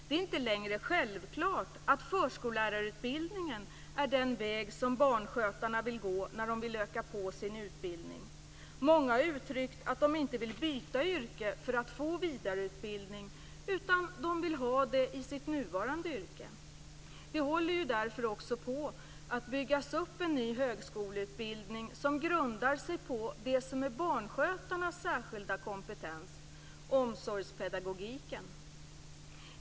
Det är inte längre självklart att förskollärarutbildningen är den väg som barnskötarna vill gå när de vill öka på sin utbildning. Många har uttryckt att de inte vill byta yrke för att få vidareutbildning. De vill ha det i sitt nuvarande yrke. Det håller därför också på att byggas upp en ny högskoleutbildning som grundar sig på det som är barnskötarnas särskilda kompetens - omsorgspedagogiken.